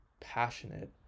passionate